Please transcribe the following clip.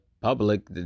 public